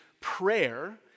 prayer